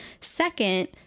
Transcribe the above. Second